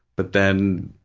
but then,